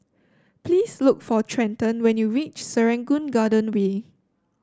please look for Trenton when you reach Serangoon Garden Way